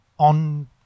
on